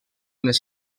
les